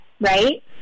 right